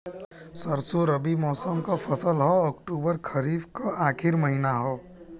सरसो रबी मौसम क फसल हव अक्टूबर खरीफ क आखिर महीना हव